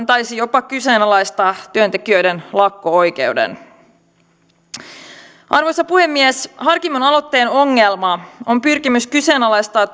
taisi jopa kyseenalaistaa työntekijöiden lakko oikeuden arvoisa puhemies harkimon aloitteen ongelma on pyrkimys kyseenalaistaa